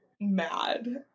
mad